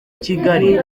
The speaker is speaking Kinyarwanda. kigali